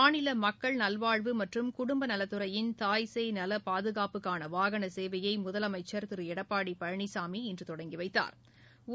மாநில மக்கள் நல்வாழ்வு மற்றும் குடும்பநலத்துறையின் தாய்சேய் நல பாதுகாப்புக்கான வாகன சேவையை முதலமைச்சள் திரு எடப்பாடி பழனிசாமி இன்று தொடங்கி வைத்தாா்